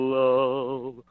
love